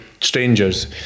strangers